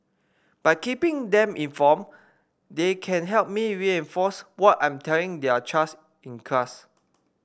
by keeping them informed they can help me reinforce what I'm telling their child's in class